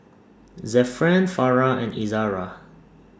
Zafran Farah and Izzara